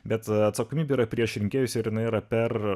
bet atsakomybė yra prieš rinkėjus ir jinai yra per